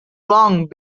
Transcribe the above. long